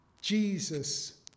Jesus